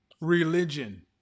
religion